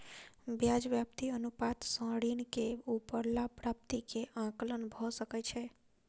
ब्याज व्याप्ति अनुपात सॅ ऋण के ऊपर लाभ प्राप्ति के आंकलन भ सकै छै